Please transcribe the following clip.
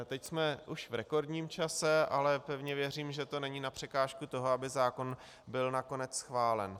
Teď jsme už v rekordním čase, ale pevně věřím, že to není na překážku toho, aby zákon byl nakonec schválen.